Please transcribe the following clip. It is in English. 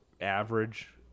average